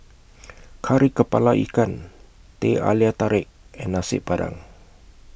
Kari Kepala Ikan Teh Halia Tarik and Nasi Padang